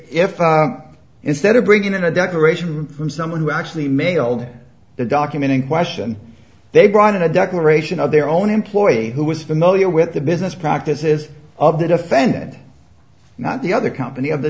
if instead of bringing in a decoration from someone who actually mailed the document in question they brought in a declaration of their own employee who was familiar with the business practices of the defendant not the other company of the